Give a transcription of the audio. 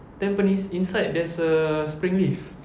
tampines inside there's a spring leaf